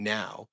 now